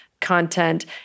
content